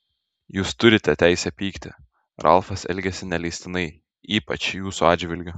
jūs turite teisę pykti ralfas elgėsi neleistinai ypač jūsų atžvilgiu